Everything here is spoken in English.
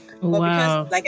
wow